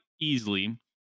easily